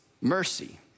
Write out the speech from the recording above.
mercy